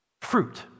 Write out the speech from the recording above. Fruit